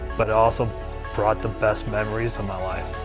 but it also brought the best memories of my life.